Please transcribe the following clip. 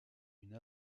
une